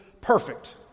perfect